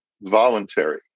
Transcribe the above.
voluntary